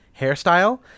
hairstyle